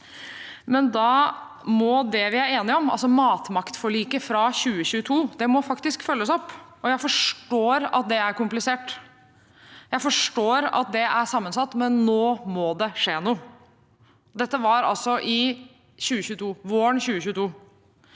Men da må det vi er enige om, altså matmaktforliket fra 2022, faktisk følges opp. Jeg forstår at det er komplisert, jeg forstår at det er sammensatt, men nå må det skje noe. Dette var våren 2022.